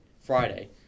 Friday